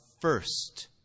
first